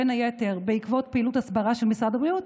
בין היתר בעקבות פעילות הסברה של משרד הבריאות,